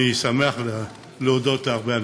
אני שמח להודות להרבה אנשים.